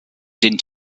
den